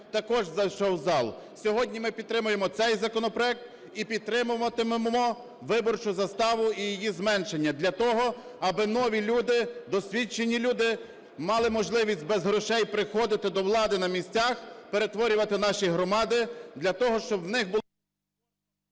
також зайшов в зал. Сьогодні ми підтримаємо цей законопроект і підтримуватимемо виборчу заставу і її зменшення для того, аби нові люди, досвідчені люди мали можливість без грошей приходити до влади на місцях, перетворювати наші громади для того, щоб в них були...